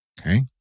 okay